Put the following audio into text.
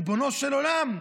ריבונו של עולם,